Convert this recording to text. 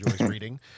reading